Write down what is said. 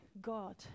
God